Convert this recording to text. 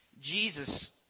Jesus